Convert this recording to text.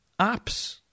apps